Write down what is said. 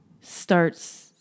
starts